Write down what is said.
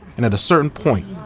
and at a certain point,